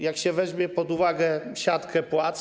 Jak się weźmie pod uwagę siatkę płac.